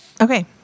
Okay